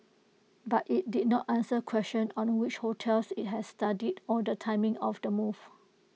but IT did not answer questions on which hotels IT had studied or the timing of the move